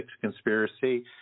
conspiracy